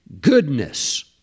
goodness